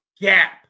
gap